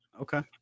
Okay